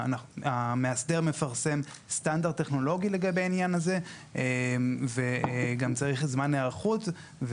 המאסדר מפרסם סטנדרט טכנולוגי לגבי העניין הזה וצריך זמן היערכות.